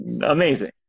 amazing